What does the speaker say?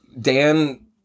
Dan